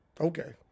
okay